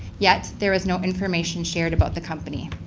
yet there is no information shared about the company.